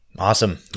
Awesome